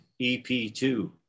EP2